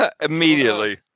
Immediately